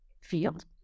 field